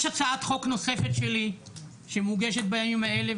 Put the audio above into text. יש הצעת חוק נוספת שלי שמוגשת בימים האלה,